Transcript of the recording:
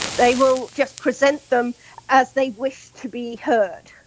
they will just present them as they wish to be heard,